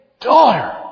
Daughter